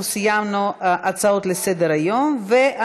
שישה חברי כנסת בעד, אין מתנגדים, אין נמנעים.